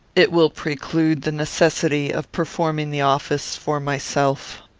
it will preclude the necessity of performing the office for myself.